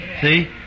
See